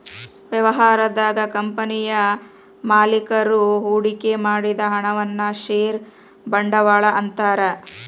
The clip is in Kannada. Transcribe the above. ವ್ಯವಹಾರದಾಗ ಕಂಪನಿಯ ಮಾಲೇಕರು ಹೂಡಿಕೆ ಮಾಡಿದ ಹಣವನ್ನ ಷೇರ ಬಂಡವಾಳ ಅಂತಾರ